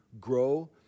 Grow